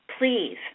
please